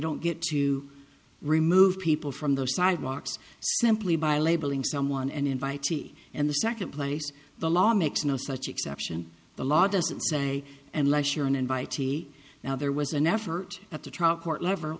don't get to remove people from the sidewalks simply by labeling someone and invitee and the second place the law makes no such exception the law doesn't say unless you're an invitee now there was an effort at the trial court lever